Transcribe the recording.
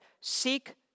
Seek